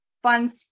fun